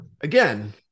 again